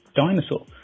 dinosaur